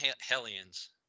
hellions